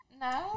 No